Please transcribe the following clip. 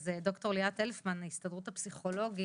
אז ד"ר ליאת הלפמן מהסתדרות הפסיכולוגים,